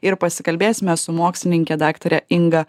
ir pasikalbėsime su mokslininke daktare inga